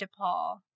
DePaul